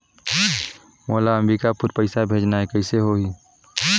मोला अम्बिकापुर पइसा भेजना है, कइसे होही?